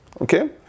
Okay